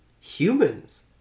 humans